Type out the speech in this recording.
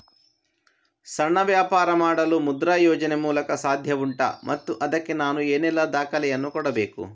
ಸಣ್ಣ ವ್ಯಾಪಾರ ಮಾಡಲು ಮುದ್ರಾ ಯೋಜನೆ ಮೂಲಕ ಸಾಧ್ಯ ಉಂಟಾ ಮತ್ತು ಅದಕ್ಕೆ ನಾನು ಏನೆಲ್ಲ ದಾಖಲೆ ಯನ್ನು ಕೊಡಬೇಕು?